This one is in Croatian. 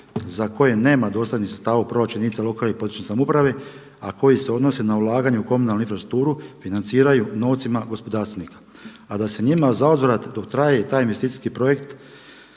za koje nema dostatnih sredstava u proračunu jedinica u lokalnoj i područnoj samoupravi, a koji se odnose na ulaganje u komunalnu infrastrukturu, financiraju novcima gospodarstvenika. A da se njima za uzvrat dok traje taj investicijski projekt